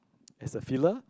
as a fellow